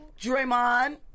Draymond